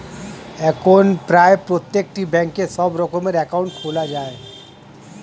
এখন প্রায় প্রত্যেকটি ব্যাঙ্কে সব রকমের অ্যাকাউন্ট খোলা যায়